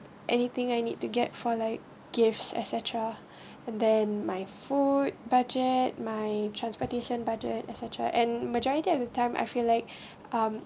anything I need to get for like gifts etcetera and then my food budget my transportation budget etcetera and majority of the time I feel like um